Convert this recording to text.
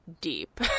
deep